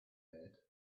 bed